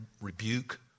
rebuke